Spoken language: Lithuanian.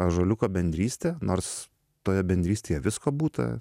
ąžuoliuko bendrystė nors toje bendrystėje visko būta